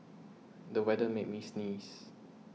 the weather made me sneeze